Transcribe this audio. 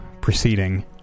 proceeding